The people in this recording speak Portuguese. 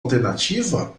alternativa